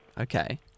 Okay